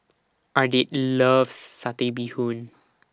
Ardith loves Satay Bee Hoon